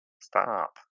stop